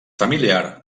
familiar